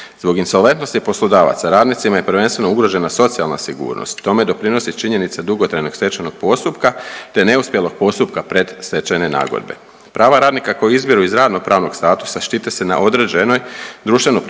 Zbog insolventnosti poslodavaca radnicima je prvenstveno ugrožena socijalna sigurnost, tome doprinosi činjenica dugotrajnog stečajnog postupka, te neuspjelog postupka predstečajne nagodbe. Prava radnika koja izviru iz radno-pravnog statusa štite se na određenoj društveno prihvatljivoj